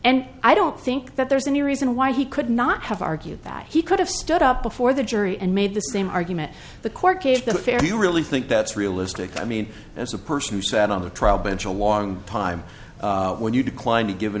and i don't think that there's any reason why he could not have argued that he could have stood up before the jury and made the same argument the court case the fair you really think that's realistic i mean as a person who sat on the trial bench a long time when you declined to give